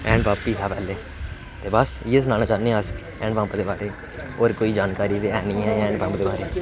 hand pump गै हा पैह्लै ते बस इयै सुनाने चाह्न्ने आं हैंड पम्प दे बारे च होर कोई जानकारी ते ऐ नीं ऐ हैंड पम्प दे बारे च